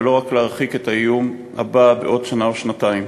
ולא רק להרחיק את האיום הבא בעוד שנה או שנתיים.